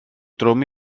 drwm